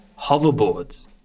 hoverboards